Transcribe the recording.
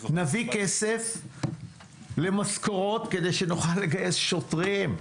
נביא כסף למשכורות כדי שנוכל לגייס שוטרים,